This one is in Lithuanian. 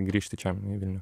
grįžti čia į vilnių